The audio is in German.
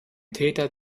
täter